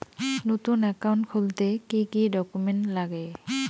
নতুন একাউন্ট খুলতে কি কি ডকুমেন্ট লাগে?